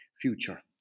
future